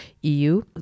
EU